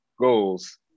goals